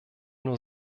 nur